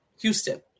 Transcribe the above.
Houston